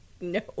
No